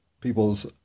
peoples